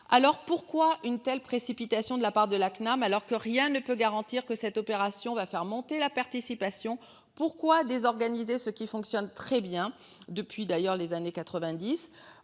alors pourquoi une telle précipitation de la part de la CNAM alors que rien ne peut garantir que cette opération va faire monter la participation pourquoi désorganiser ce qui fonctionne très bien depuis d'ailleurs les années 90